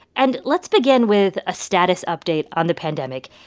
and let's begin with a status update on the pandemic.